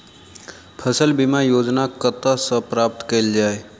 फसल बीमा योजना कतह सऽ प्राप्त कैल जाए?